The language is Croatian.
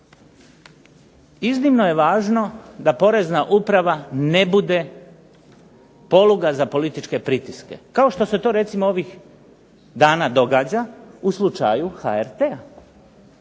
Iznimno je važno da porezna uprava ne bude poluga za političke pritiske kao što se to recimo ovih dana događa u slučaju HRT-a